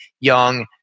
young